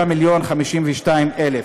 3.052 מיליון.